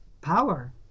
power